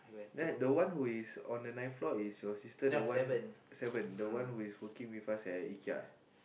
then the one who is on the ninth floor is your sister the one seven the one who is working with us at Ikea